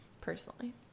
personally